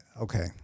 okay